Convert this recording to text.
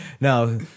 No